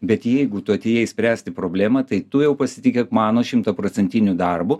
bet jeigu tu atėjai spręsti problemą tai tu jau pasitikėk mano šimtaprocentiniu darbu